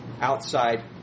outside